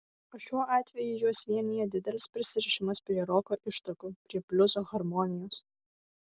o šiuo atveju juos vienija didelis prisirišimas prie roko ištakų prie bliuzo harmonijos